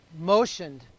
motioned